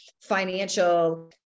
financial